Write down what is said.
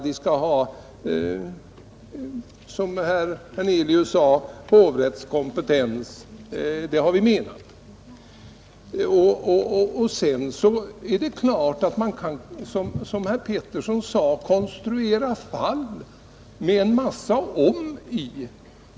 De skall, som herr Hernelius sade, ha hovrättskompetens. Det har vi menat. Sedan är det klart, som herr Pettersson sade, att man kan konstruera fall med en massa ”om” i.